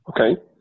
Okay